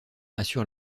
assure